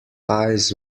eyes